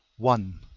one.